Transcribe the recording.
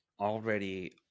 already